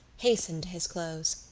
hastened to his close.